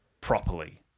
properly